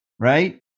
right